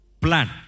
Plan